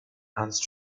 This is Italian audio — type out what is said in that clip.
hans